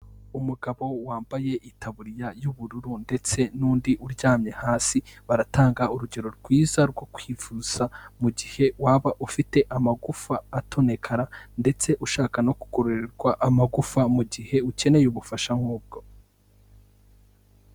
Umugabo wambaye itaburiya y'ubururu ndetse n'undi uryamye hasi, baratanga urugero rwiza rwo kwivuza, mu gihe waba ufite amagufa atonekara, ndetse ushaka no kugororwa amagufa mu gihe, ukeneye ubufasha nk'ubwo.